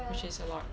which is a lot